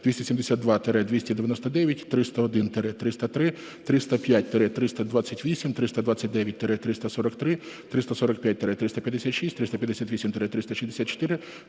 272-299, 301-303, 305-328, 329-343, 345-356, 358-364,